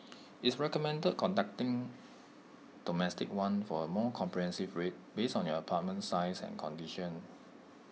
it's recommended contacting domestic one for A more comprehensive rate based on your apartment size and condition